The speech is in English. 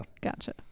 Gotcha